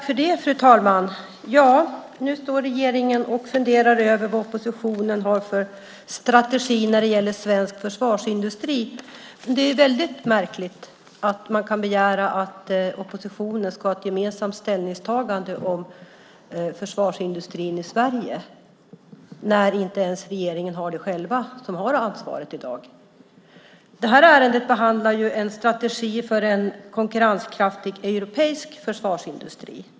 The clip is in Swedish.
Fru talman! Ja, nu står regeringen och funderar över vad oppositionen har för strategi när det gäller svensk försvarsindustri. Det är väldigt märkligt att man kan begära att oppositionen ska ha ett gemensamt ställningstagande om försvarsindustrin i Sverige när inte ens regeringen själv har det, som har ansvaret i dag. I det här ärendet behandlas ju en strategi för en konkurrenskraftig europeisk försvarsindustri.